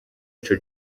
ico